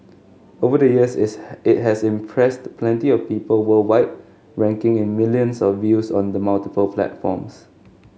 over the years is it has impressed plenty of people worldwide raking in millions of views on the multiple platforms